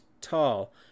tall